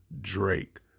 Drake